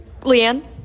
Leanne